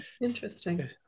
Interesting